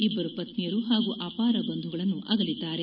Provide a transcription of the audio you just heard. ಇಬ್ಬರು ಪುತ್ರಿಯರು ಪಾಗೂ ಅಪಾರ ಬಂಧುಗಳನ್ನು ಅಗಲಿದ್ದಾರೆ